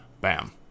bam